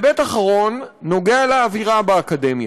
והיבט אחרון נוגע לאווירה באקדמיה.